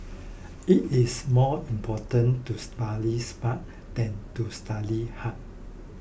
it is more important to study smart than to study hard